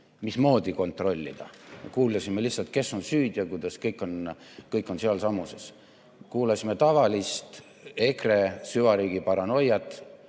mismoodi kontrollida. Kuulsime lihtsalt, kes on süüdi ja kuidas kõik on sealsamuses. Kuulsime tavalist EKRE süvariigi paranoiat,